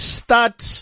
start